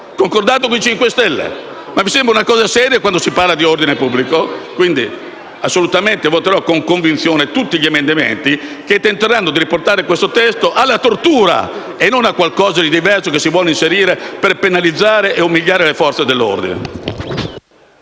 concordato con il Movimento 5 Stelle. Ma vi sembra una cosa seria, quando si parla di ordine pubblico? Voterò con convinzione tutti gli emendamenti che tenteranno di riportare questo testo alla tortura e non a qualcosa di diverso che si vuole inserire per penalizzare e umiliare le Forze dell'ordine.